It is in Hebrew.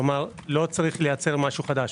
לא צריך לייצר משהו חדש.